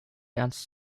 ernst